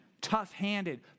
tough-handed